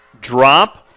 drop